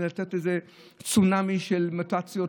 איזה צונאמי של מוטציות,